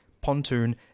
pontoon